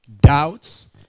doubts